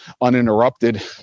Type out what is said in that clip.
uninterrupted